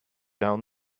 down